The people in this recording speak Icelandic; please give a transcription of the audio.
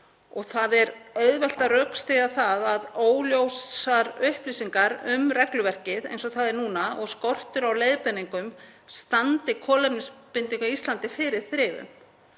Það er auðvelt að rökstyðja það að óljósar upplýsingar um regluverkið eins og það er núna og skortur á leiðbeiningum standi kolefnisbindingu á Íslandi fyrir þrifum.